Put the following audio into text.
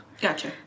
Gotcha